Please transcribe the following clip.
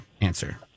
answer